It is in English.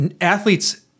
athletes